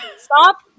Stop